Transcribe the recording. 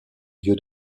lieu